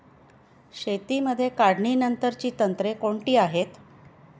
शेतीमध्ये काढणीनंतरची तंत्रे कोणती आहेत?